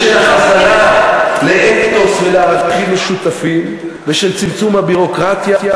ושל החזרה לאתוס של ערכים משותפים ושל צמצום הביורוקרטיה